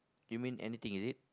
you mean anything is it